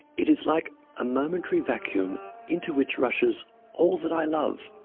it is like a momentary vacuum into which rushes all that i love.